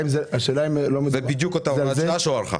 זה עונה לשאלה שלך.